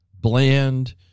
Bland